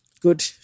Good